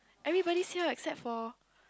everybody siao except for